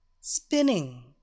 spinning